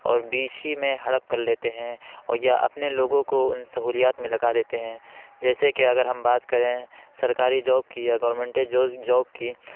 اور بیچ ہی میں ہڑپ کر لیتے ہیں اور یا اپنے لوگوں کو ان سہولیات میں لگا دیتے ہیں جیسے کہ ہم بات کریں سرکاری جاب کی یا گورمنٹ جاب کی